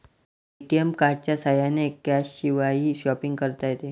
ATM कार्डच्या साह्याने कॅशशिवायही शॉपिंग करता येते